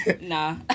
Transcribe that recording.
Nah